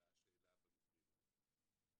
שנשאלה השאלה במקרים האלו.